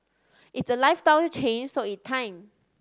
it's a lifestyle change so it time